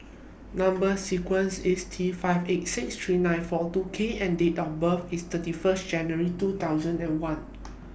Number sequence IS T five eight six three nine four two K and Date of birth IS thirty First January two thousand and one